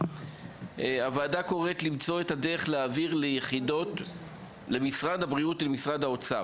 4. הוועדה קוראת למשרד הבריאות ולמשרד האוצר,